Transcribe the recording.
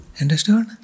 Understood